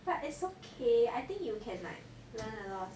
but it's okay I think like you can learn a lot of things lah